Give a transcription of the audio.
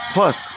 Plus